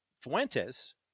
Fuentes